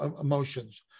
emotions